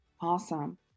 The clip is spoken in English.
Awesome